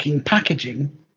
packaging